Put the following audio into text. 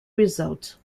result